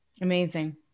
amazing